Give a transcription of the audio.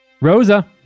Rosa